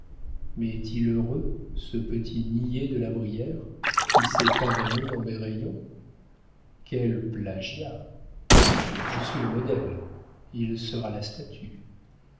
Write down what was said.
est-il heureux ce petit niais de la brière qui s'est pavané dans mes rayons quel plagiat je suis le modèle il sera la statue